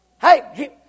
Hey